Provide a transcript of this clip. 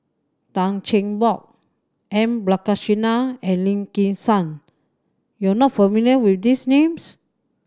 Tan Cheng Bock M Balakrishnan and Lim Kim San you are not familiar with these names